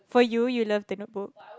for you you love the Notebook